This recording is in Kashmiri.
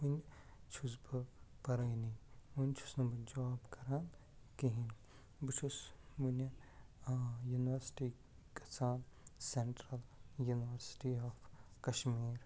ؤنۍ چھُس بہٕ پرانی ؤنۍ چھُس نہٕ بہٕ جاب کران کہیٖنۍ بہٕ چھُس ؤنۍ یوٗنِوَرسٹی گژھان سٮ۪نٹرل یوٗنِوَرسِٹی آف کَشمیٖر